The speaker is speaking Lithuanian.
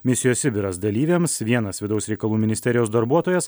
misijos sibiras dalyviams vienas vidaus reikalų ministerijos darbuotojas